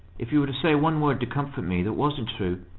if you were to say one word to comfort me that wasn't true,